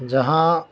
جہاں